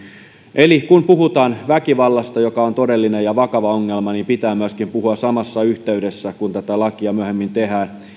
eli kun puhutaan väkivallasta joka on todellinen ja vakava ongelma niin pitää puhua samassa yhteydessä kun tätä lakia myöhemmin tehdään